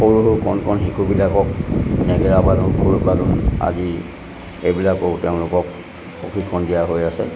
সৰু সৰু কণ কণ শিশুবিলাকক নেগেৰা বাদুন সুৰ বাদুন আদি এইবিলাকো তেওঁলোকক প্ৰশিক্ষণ দিয়া হৈ আছে